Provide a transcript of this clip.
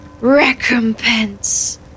recompense